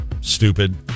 Stupid